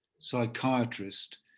psychiatrist